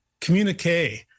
communique